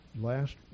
last